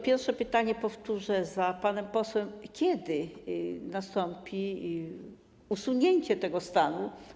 Pierwsze pytanie powtórzę za panem posłem: Kiedy nastąpi usunięcie tego stanu?